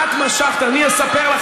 יש לי סיבה,